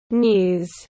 news